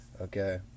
Okay